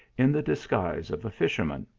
in the dis guise of a fisherman.